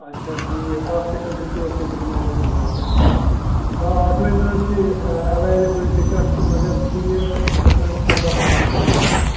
اَچھا ٹھیٖک اَکھ سیٚکَنٛڈ رُکیوٗ تُہۍ بہٕ دِمہٕ ہا یَتھ نظر تۄہہِ آ اَٹھووُہمہِ حظ چھِ یہِ ایٚویلِیبُل ٹِکَٹ تہٕ مگر چھِ یہِ یہِ چھِ گژھان اَرداہ ساس رۄپیہِ حظ چھُ یہِ